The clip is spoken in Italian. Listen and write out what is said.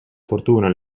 fortuna